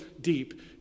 deep